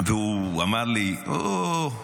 והוא אמר לי: אוה,